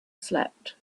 slept